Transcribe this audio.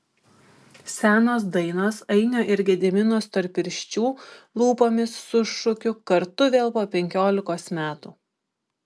senos dainos ainio ir gedimino storpirščių lūpomis su šūkiu kartu vėl po penkiolikos metų